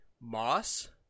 Moss